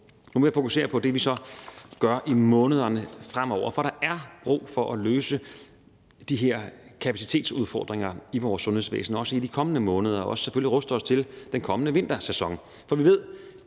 Nu vil jeg fokusere på det, vi så gør i månederne fremover, for der er brug for at løse de her kapacitetsudfordringer i vores sundhedsvæsen, også i de kommende måneder, og selvfølgelig også til at ruste os til den kommende vintersæson.